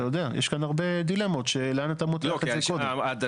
יש כאן הרבה דילמות, לאן אתה מותח את זה קודם.